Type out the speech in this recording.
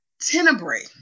Tenebrae